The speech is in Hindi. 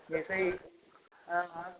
वैसे ही हाँ हाँ